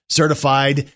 certified